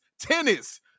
tennis